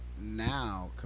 Now